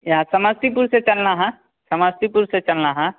यहाँ समस्तीपुर से चलना है समस्तीपुर से चलना है